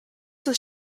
was